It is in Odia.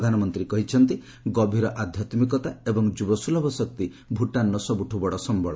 ପ୍ରଧାନମନ୍ତ୍ରୀ କହିଛନ୍ତି ଗଭୀର ଆଧ୍ୟାତ୍ମିକତା ଏବଂ ଯୁବସ୍କଲଭ ଶକ୍ତି ଭୂଟାନ୍ର ସବୁଠୁ ବଡ଼ ସମ୍ଭଳ